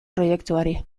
proiektuari